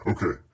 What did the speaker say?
Okay